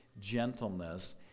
gentleness